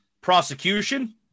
prosecution